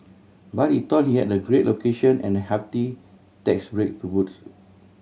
but he thought he had a great location and a hefty tax break to boots